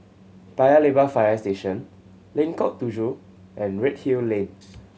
Paya Lebar Fire Station Lengkok Tujoh and Redhill Lane